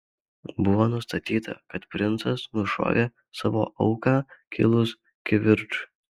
buvo nustatyta kad princas nušovė savo auką kilus kivirčui